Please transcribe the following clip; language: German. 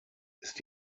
ist